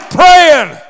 praying